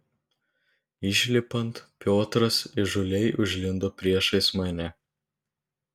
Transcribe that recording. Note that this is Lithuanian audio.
išlipant piotras įžūliai užlindo priešais mane